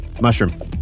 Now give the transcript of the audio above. Mushroom